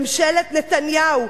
ממשלת נתניהו,